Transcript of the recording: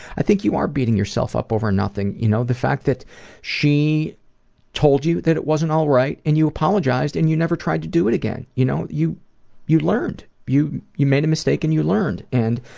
i think you are beating yourself up over nothing, you know? the fact that she told you that it wasn't all right and you apologized and you never tried to do again, you know? you you learned. you you made a mistake and you learned. and,